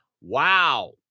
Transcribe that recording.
wow